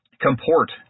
comport